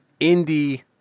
indie